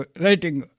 writing